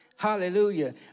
Hallelujah